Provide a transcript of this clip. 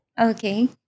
Okay